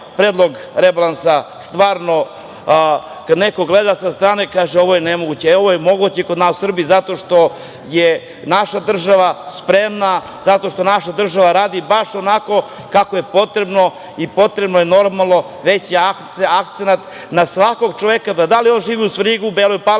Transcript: Predlog rebalansa stvarno, kad neko gleda sa strane kaže – ovo je nemoguće. Ovo je moguće kod nas u Srbiji zato što je naša država spremna, zato što naša država radi baš onako kako je potrebno i potrebno je, normalno, veći akcenat na svakog čoveka, da li on živeo u Svrljigu, Beloj Palanci,